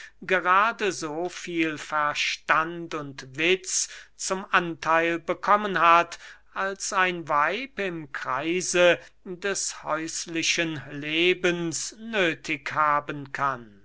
gerade so viel verstand und witz zum antheil bekommen hat als ein weib im kreise des häuslichen lebens nöthig haben kann